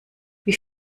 wie